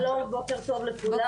שלום, בוקר טוב לכולם.